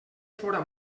fóra